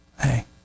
Hey